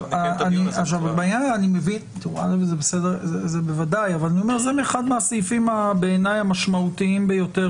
זה אחד מהסעיפים המשמעותיים ביותר